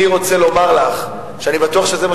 אני רוצה לומר לך שאני בטוח שזה מה